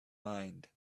mind